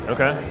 Okay